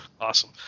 awesome